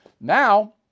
now